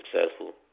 successful